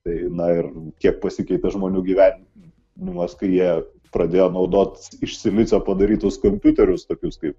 tai na ir kiek pasikeitė žmonių gyvenimas kai jie pradėjo naudot iš silicio padarytus kompiuterius tokius kaip